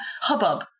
hubbub